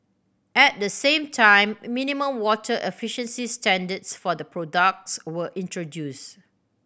at the same time minimum water efficiency standard for the products were introduced